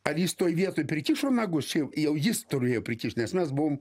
ar jis toj vietoj prikišo nagus čia jau jau jis turėjo prikišt nes mes buvom